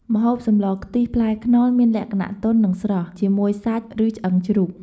ម្ហូបសម្លខ្ទិះ ផ្លែខ្នុរមានលក្ខណៈទន់ និងស្រស់ ជាមួយសាច់ ឬឆ្អឹងជ្រូក។